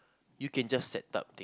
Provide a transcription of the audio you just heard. you can just set up